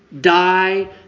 Die